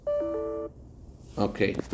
okay